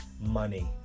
Money